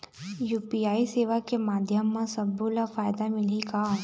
UPI सेवा के माध्यम म सब्बो ला फायदा मिलही का?